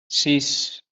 sis